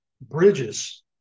bridges